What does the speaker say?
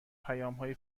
پیامهای